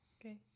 Okay